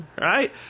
right